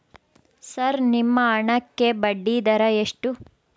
Sir ನಿಮ್ಮ ಹಣಕ್ಕೆ ಬಡ್ಡಿದರ ಎಷ್ಟು?